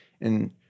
and-